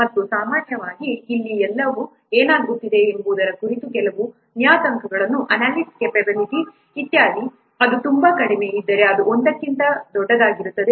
ಮತ್ತು ಸಾಮಾನ್ಯವಾಗಿ ಇಲ್ಲಿ ಕೆಲವು ಏನಾಗುತ್ತಿದೆ ಎಂಬುದರ ಕುರಿತು ಕೆಲವು ನಿಯತಾಂಕಗಳು ಅನಾಲಿಸ್ಟ್ ಕ್ಯಾಪೆಬಿಲಿಟಿ ಇತ್ಯಾದಿ ಅದು ತುಂಬಾ ಕಡಿಮೆಯಿದ್ದರೆ ಇದು 1 ಕ್ಕಿಂತ ದೊಡ್ಡದಾಗಿರುತ್ತದೆ